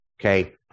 Okay